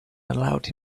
allowed